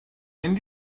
mynd